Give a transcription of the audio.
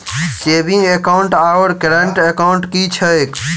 Saving account आओर current account की छैक?